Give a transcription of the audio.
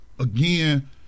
again